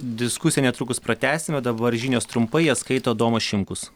diskusiją netrukus pratęsime dabar žinios trumpai jas skaito domas šimkus